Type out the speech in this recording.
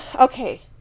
Okay